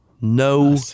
no